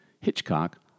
Hitchcock